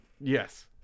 Yes